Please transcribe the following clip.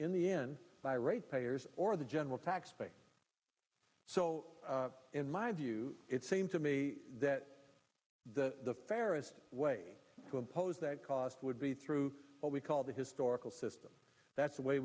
in the end by rate payers or the general taxpayer so in my view it seems to me that the fairest way to impose that cost would be through what we call the historical system that's the way